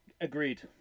Agreed